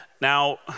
Now